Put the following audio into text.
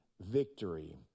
victory